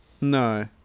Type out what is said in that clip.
No